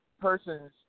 Persons